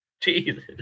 Jesus